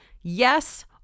yes